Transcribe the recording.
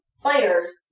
players